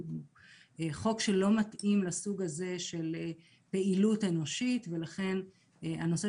הוא חוק שלא מתאים לסוג הזה של פעילות אנושית ולכן הנושא